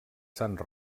sant